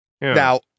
Now